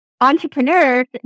entrepreneurs